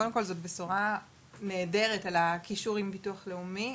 קודם כל זאת בשורה נהדרת על הקישור עם ביטוח לאומי,